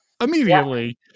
immediately